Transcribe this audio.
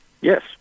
Yes